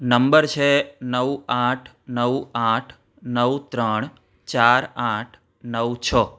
number છે નવ આઠ નવ આઠ નવ ત્રણ ચાર આઠ નવ છ